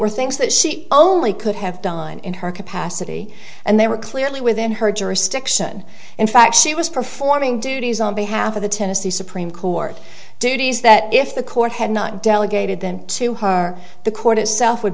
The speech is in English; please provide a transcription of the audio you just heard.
were things that she only could have done in her capacity and they were clearly within her jurisdiction in fact she was performing duties on behalf of the tennessee supreme court duties that if the court had not delegated them to her the court itself would